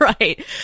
Right